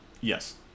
Yes